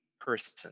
person